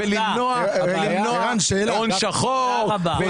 בלמנוע הון שחור.